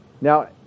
Now